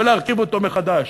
ולהרכיב אותו מחדש,